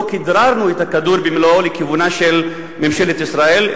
לא כדררנו את הכדור במלואו לכיוונה של ממשלת ישראל,